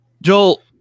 joel